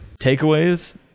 takeaways